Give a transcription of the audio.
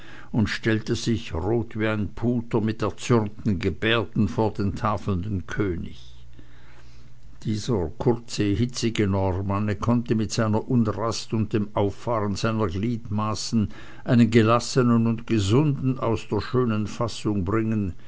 und stellte sich rot wie ein puter mit erzürnten gebärden vor den tafelnden könig dieser kurze hitzige normanne konnte mit seiner unrast und dem auffahren seiner gliedmaßen einen gelassenen und gesunden aus der schönen fassung bringen